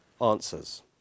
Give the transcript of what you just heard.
answers